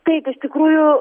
taip iš tikrųjų